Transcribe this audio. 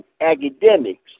academics